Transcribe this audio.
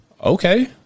Okay